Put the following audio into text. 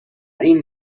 این